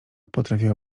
potrafiła